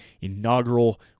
inaugural